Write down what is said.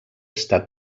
estat